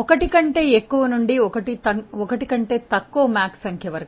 1 కంటే ఎక్కువ నుండి 1 కంటే తక్కువ మాక్ సంఖ్య వరకు